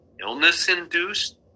illness-induced